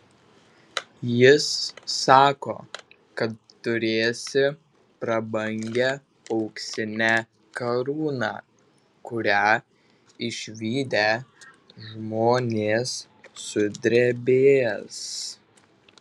jis sako kad turėsi prabangią auksinę karūną kurią išvydę žmonės sudrebės